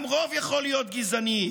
" גם רוב יכול להיות גזעני.